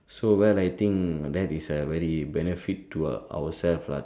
so well I think that is a very benefit to our self lah